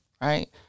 Right